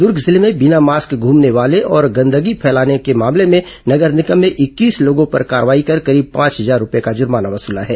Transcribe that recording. दुर्ग जिले में बिना मास्क घूमने वाले और गंदगी फैलाने के मामले में नगर निगम ने इक्कीस लोगों पर कार्रवाई कर करीब पांच हजार रूपये का जुर्माना वसूला है